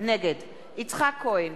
נגד יצחק כהן,